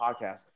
podcast